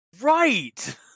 Right